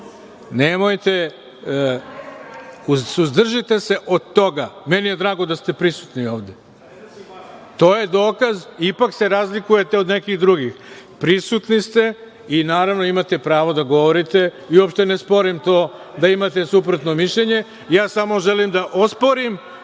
slučaju, suzdržite se od toga. Meni je drago da ste prisutni ovde. To je dokaz da se ipak razlikujete od nekih drugih. Prisutni ste i, naravno, imate pravo da govorite. Uopšte ne sporim to da imate suprotno mišljenje. Ja samo želim da osporim